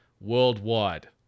worldwide